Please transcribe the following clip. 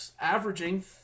averaging